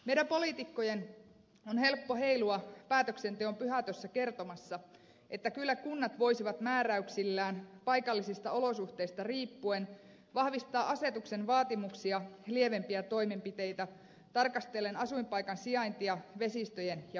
meidän poliitikkojen on helppo heilua päätöksenteon pyhätössä kertomassa että kyllä kunnat voisivat määräyksillään paikallisista olosuhteista riippuen vahvistaa asetuksen vaatimuksia lievempiä toimenpiteitä tarkastellen asuinpaikan sijaintia vesistöjen ja pohjaveden suhteen